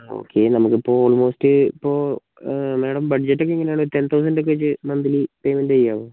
ആ ഓക്കെ നമ്മളിപ്പോൾ ഓൾമോസ്റ്റ് ഇപ്പോൾ മാഡം ബഡ്ജറ്റ് ഒക്കെ എങ്ങനെ ആണ് ടെൻ തൗസൻഡ് ഒക്കെ വെച്ച് മന്ത്ലി പേയ്മെന്റ് ചെയ്യാവോ